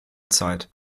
zeit